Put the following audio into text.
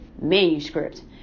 manuscript